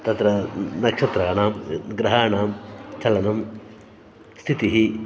तत्र नक्षत्राणां ग्रहाणां चलनं स्थितिः